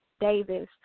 Davis